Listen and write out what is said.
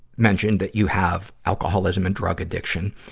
mention that you have alcoholism and drug addiction.